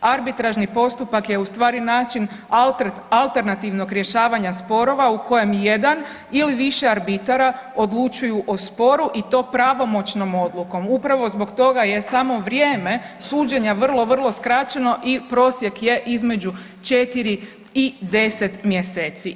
Arbitražni postupak je u stvari način alternativnog rješavanja sporova u kojem jedan ili više arbitara odlučuju o sporu i to pravomoćnom odlukom, upravo zbog toga je samo vrijeme suđenja vrlo vrlo skraćeno i prosjek je između 4 i 10 mjeseci.